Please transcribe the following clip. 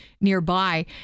nearby